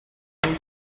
einen